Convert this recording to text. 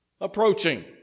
approaching